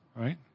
right